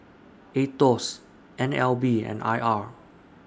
Aetos N L B and I R